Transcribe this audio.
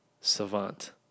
savant